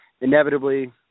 inevitably